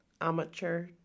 amateur